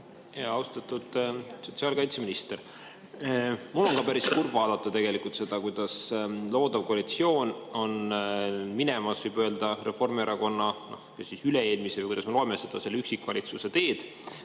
Austatud sotsiaalkaitseminister! Mul on ka päris kurb vaadata seda, kuidas loodav koalitsioon on minemas, võib öelda, Reformierakonna üle-eelmise – või kuidas me loeme –, selle üksikvalitsuse teed,